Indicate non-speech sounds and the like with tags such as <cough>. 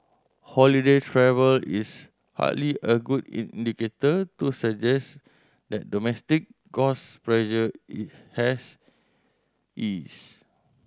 holiday travel is hardly a good indicator to suggest that domestic cost pressure <unintelligible> has eased